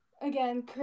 again